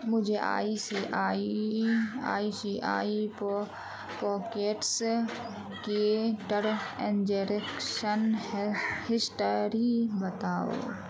مجھے I C I I C I pockets کی transaction history بتاؤ